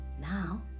Now